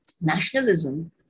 nationalism